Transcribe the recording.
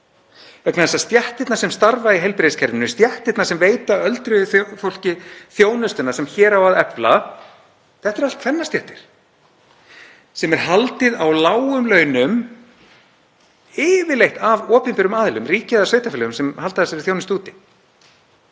efla eru allt kvennastéttir sem er haldið á lágum launum, yfirleitt af opinberum aðilum, ríki eða sveitarfélögum sem halda þessari þjónustu úti.